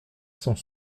cent